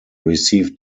received